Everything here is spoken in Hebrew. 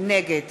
נגד